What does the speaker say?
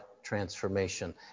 transformation